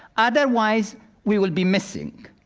otherwise we will be missing